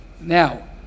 Now